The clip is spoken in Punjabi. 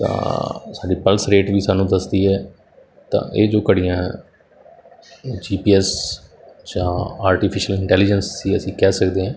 ਤਾਂ ਸਾਡੀ ਪਲਸ ਰੇਟ ਵੀ ਸਾਨੂੰ ਦੱਸਦੀ ਹੈ ਤਾਂ ਇਹ ਜੋ ਘੜੀਆਂ ਹੈ ਜੀ ਪੀ ਐਸ ਜਾਂ ਆਰਟੀਫਿਸ਼ਲ ਇੰਟੈਲੀਜਸ ਹੀ ਅਸੀਂ ਕਹਿ ਸਕਦੇ ਆ